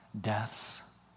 deaths